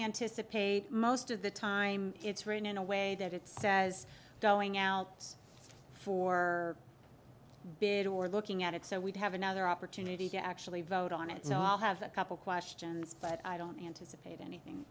anticipate most of the time it's written in a way that it says going out for bid or looking at it so we'd have another opportunity to actually vote on it so i'll have a couple questions but i don't anticipate anything